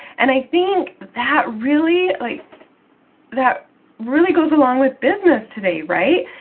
and i think that really, like that really goes along with business today, right?